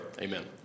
Amen